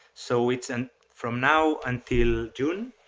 so it's and from now until june.